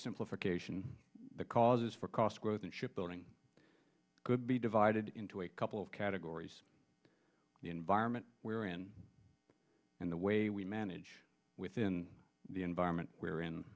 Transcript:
oversimplification the causes for cost growth and ship building could be divided into a couple of categories the environment we're in and the way we manage within the environment we're in